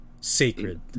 sacred